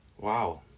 Wow